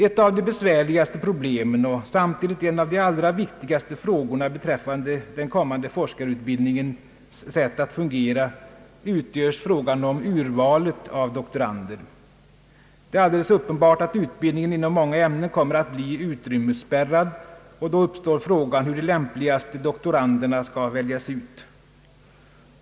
Ett av de besvärligaste problemen och samtidigt en av de allra viktigaste frågorna beträffande den kommande forskarutbildningens sätt att fungera utgör frågan om urvalet av doktorander. Det är alldeles uppenbart att utbildningen inom månrga ämnen kommer att bli utrymmesspärrad, och då uppstår frågan om hur de lämpligaste doktoranderna skall väljas ut.